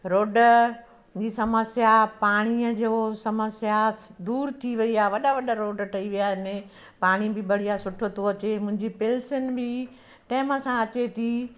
road जी समस्या पाणीअ जो समस्या दूरि थी वई आहे वॾा वॾा रोड ठही विया आहिनि पाणी बि बढ़िया सुठो थो अचे मुंहिंजी पिल्सन बि टाइम सां अचे थी